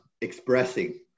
expressing